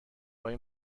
های